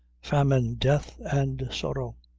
famine, death, and sorrow.